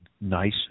nice